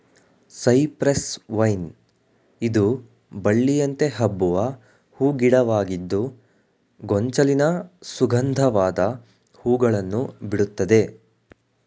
cypress vine ಇದು ಬಳ್ಳಿಯಂತೆ ಹಬ್ಬುವ ಹೂ ಗಿಡವಾಗಿದ್ದು ಗೊಂಚಲಿನ ಸುಗಂಧವಾದ ಹೂಗಳನ್ನು ಬಿಡುತ್ತದೆ